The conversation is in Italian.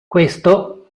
questo